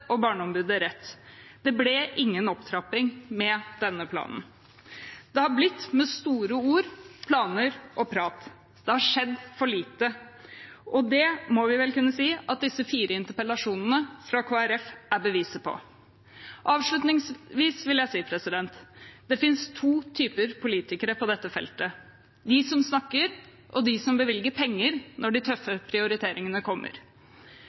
og Barneombudet rett. Det ble ingen opptrapping med denne planen. Det har blitt med store ord, planer og prat. Det har skjedd for lite. Det må vi vel kunne si at disse fire interpellasjonene fra Kristelig Folkeparti er beviset på. Avslutningsvis vil jeg si: Det finnes to typer politikere på dette feltet – de som snakker, og de som bevilger penger når de tøffe prioriteringene kommer.